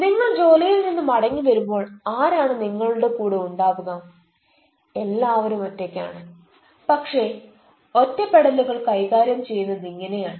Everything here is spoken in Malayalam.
നിങ്ങള് ജോലിയിൽ നിന്ന് മടങ്ങി വരുമ്പോൾ ആരാണ് നിങ്ങളുടെ കൂടെ ഉണ്ടാവുക എല്ലാവരും ഒറ്റയ്ക്കാണ് പക്ഷേ ഒറ്റപ്പെടലുകൾ കൈകാര്യം ചെയ്യുന്നത് ഇങ്ങനെയാണ്